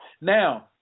Now